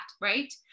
Right